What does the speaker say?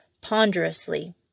ponderously